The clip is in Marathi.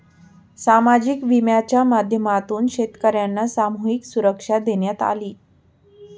सामाजिक विम्याच्या माध्यमातून शेतकर्यांना सामूहिक सुरक्षा देण्यात आली